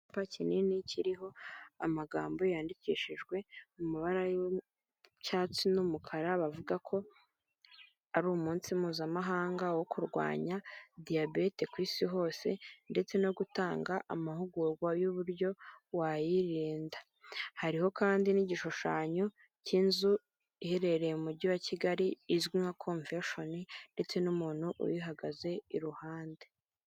Icyapa kinini kiriho amagambo yandikishijwe amabara y'icyatsi n'umukara, bavuga ko ari umunsi mpuzamahanga wo kurwanya diyabete ku isi yose, ndetse no gutanga amahugurwa y'uburyo wayirinda. Hariho kandi n'igishushanyo cy'inzu iherereye mu mujyi wa Kigali izwi nka convesheni, ndetse n'umuntu uyihagaze iruhande.